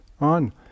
on